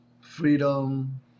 freedom